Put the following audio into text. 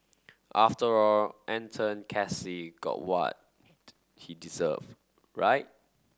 after all Anton Casey got what he deserved right